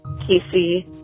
Casey